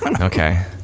Okay